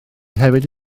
hefyd